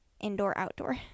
indoor-outdoor